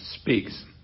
speaks